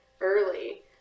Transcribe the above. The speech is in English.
early